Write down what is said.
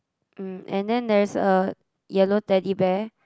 um and then there is a yellow Teddy Bear